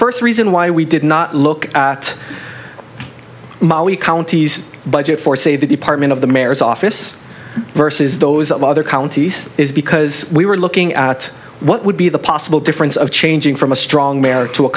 first reason why we did not look at molly county's budget for say the department of the mayor's office versus those of other counties is because we were looking at what would be the possible difference of changing from a strong ma